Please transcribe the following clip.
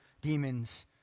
Demons